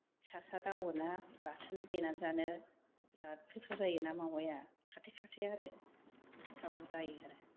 सा सा दावो ना बाथोन देना जानो बेराद गोथाव जायो ना मावाया खाथे खाथे आरो गोथाव जायो आरो